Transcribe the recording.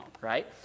right